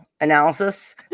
analysis